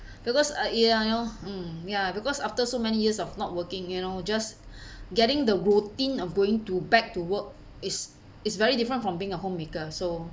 because uh ya you know um ya because after so many years of not working you know just getting the routine of going to back to work is is very different from being a homemaker so